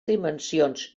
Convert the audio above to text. dimensions